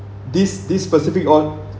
this this specific on